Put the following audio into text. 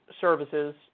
services